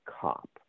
COP